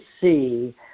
see